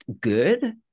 good